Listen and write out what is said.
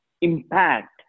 impact